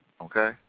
okay